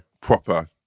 proper